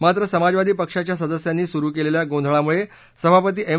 मात्र समाजवादी पक्षाच्या सदस्यांनी सुरू केलेल्या गोंधळामुळे सभापती एम